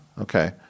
Okay